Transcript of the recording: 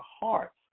hearts